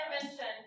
intervention